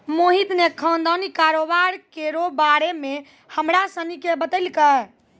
मोहित ने खानदानी कारोबार केरो बारे मे हमरा सनी के बतैलकै